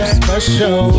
special